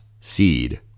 Seed